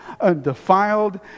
undefiled